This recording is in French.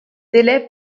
délais